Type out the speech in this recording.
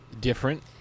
different